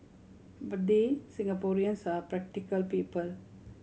but hey Singaporeans are practical people